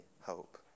hope